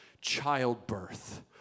childbirth